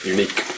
Unique